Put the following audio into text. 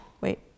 Wait